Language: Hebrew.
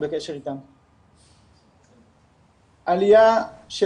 אז בעצם בדקתם את הנושאים האלה בשלוש